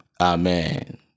Amen